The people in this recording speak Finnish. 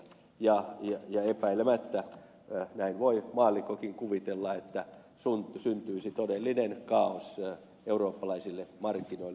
ja epäilemättä näin voi maallikkokin kuvitella syntyisi todellinen kaaos eurooppalaisille markkinoille